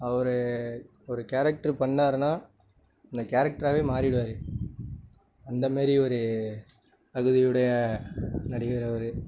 அவர் ஒரு கேரக்டரு பண்ணாருனால் அந்த கேரக்டராகவே மாறிவிடுவாரு அந்தமாதிரி ஒரு தகுதியுடைய நடிகர் அவர்